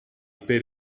per